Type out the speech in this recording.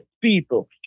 people